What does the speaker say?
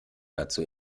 dazu